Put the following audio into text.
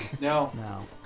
No